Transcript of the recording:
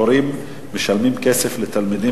5065 ו-5072: הורים משלמים כסף לתלמידים